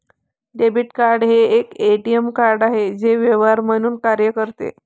debit card हे एक ATM card आहे जे व्यवहार म्हणून कार्य करते